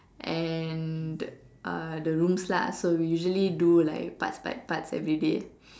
and uh the rooms lah so we usually do like parts by parts everyday